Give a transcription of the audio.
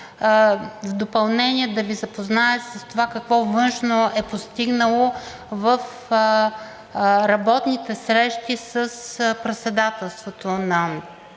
в допълнение да Ви запозная с това какво Външно е постигнало в работните срещи с Френското